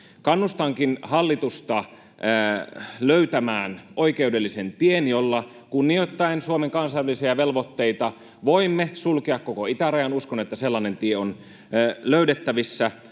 Kannustankin hallitusta löytämään oikeudellisen tien, jolla, kunnioittaen Suomen kansainvälisiä velvoitteita, voimme sulkea koko itärajan — uskon, että sellainen tie on löydettävissä